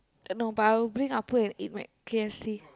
uh no but I will bring Appu and eat my K_F_C